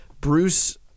Bruce